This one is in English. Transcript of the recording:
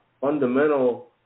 fundamental